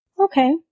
Okay